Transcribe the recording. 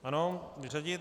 Ano vyřadit.